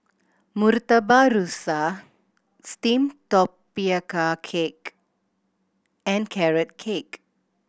Murtabak Rusa steamed tapioca cake and Carrot Cake